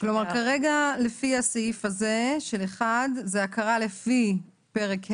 כלומר כרגע לפי סעיף 1 זה הכרה לפי פרק ה',